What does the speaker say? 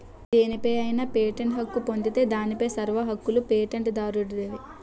దేనిపై అయినా పేటెంట్ హక్కు పొందితే దానిపై సర్వ హక్కులూ పేటెంట్ దారుడివే